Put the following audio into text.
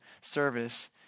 service